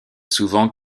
souvent